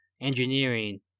engineering